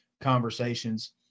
conversations